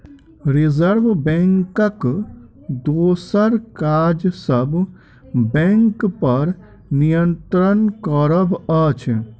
reserve बैंकक दोसर काज सब बैंकपर नियंत्रण करब अछि